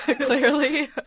clearly